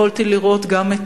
יכולתי לראות גם את